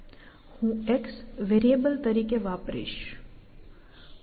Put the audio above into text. હું x variable તરીકે વાપરીશ